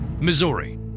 Missouri